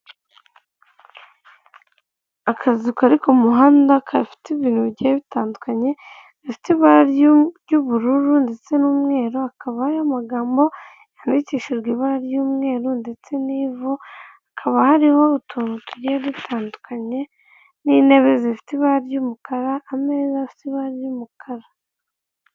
Akazu kari ku muhanda kafite ibintu bigiye bitandukanye bifite ibara ry'ubururu ndetse n'umweru, hakaba hariho amagambo yandikishijwe ibara ry'umweru ndetse n'ivu, hakaba hariho utuntu tugiye dutandukanye, n'intebe zifite ibara ry'umukara ameza asa ibara ry'umukara.